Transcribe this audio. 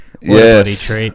Yes